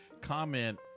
comment